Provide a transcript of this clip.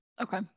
Okay